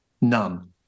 None